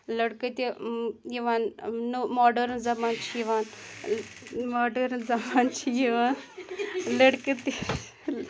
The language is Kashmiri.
لٔڑکہٕ تہِ یِوان نو ماڈٲرٕنۍ زمان چھِ یِوان ماڈٲرٕنۍ زمان چھِ یِوان لٔڑکہِ تہِ